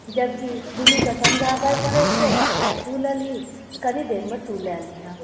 जबकि दुनू के समझाबै परै छै आइ तू लेलही तऽ कनिदेर मे तू लऽ लिहा